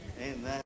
Amen